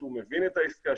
שהוא מבין את העסקה,